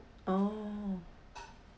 oh